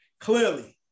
clearly